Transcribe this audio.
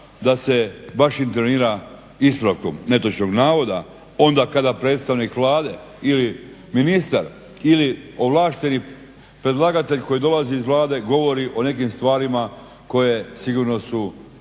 da se baš intervenira ispravkom netočnog navoda onda kada predstavnik Vlade ili ministar ili ovlašteni predlagatelj koji dolazi iz Vlade govori o nekim stvarima koje sigurno su demagoške